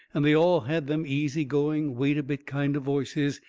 and they all had them easy-going, wait-a-bit kind of voices,